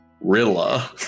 Rilla